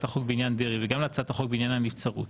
החוק בעניין דרעי וגם להצעת החוק בעניין הנבצרות